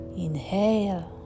inhale